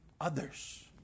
others